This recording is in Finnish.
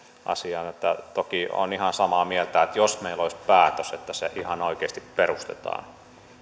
asian toki olen ihan samaa mieltä että jos meillä olisi päätös että se ihan oikeasti perustetaan